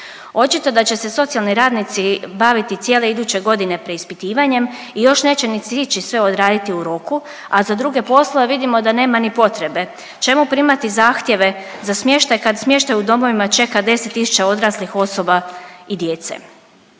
Očito da će socijalni radnici baviti cijele iduće godine preispitivanjem i još neće ni stići sve odraditi u roku, a za druge poslove vidimo da nema ni potrebe. Čemu primati zahtjeve za smještaj, kad smještaj u domovima čeka 10 tisuća odraslih osoba i djece?